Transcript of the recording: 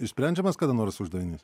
išsprendžiamas kada nors uždavinys